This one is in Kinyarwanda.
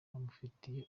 bamufitiye